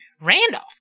Randolph